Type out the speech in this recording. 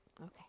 Okay